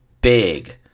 big